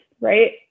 right